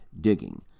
digging